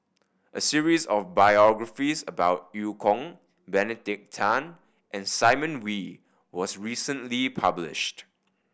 a series of biographies about Eu Kong Benedict Tan and Simon Wee was recently published